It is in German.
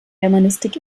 germanistik